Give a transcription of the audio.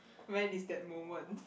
when is that moment